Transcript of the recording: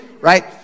right